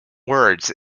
words